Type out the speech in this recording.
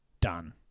done